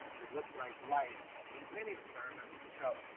it looks like light, and we've many experiments to show,